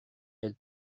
elle